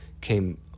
came